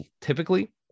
typically